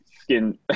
skin